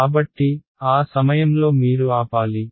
కాబట్టి ఆ సమయంలో మీరు ఆపాలి